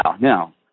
no